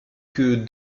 que